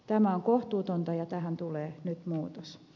tämä on kohtuutonta ja tähän tulee nyt muutos